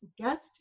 guest